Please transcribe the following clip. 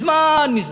מזמן מזמן.